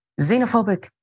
xenophobic